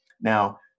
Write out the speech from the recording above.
Now